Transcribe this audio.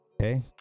okay